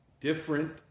different